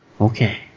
Okay